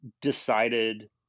decided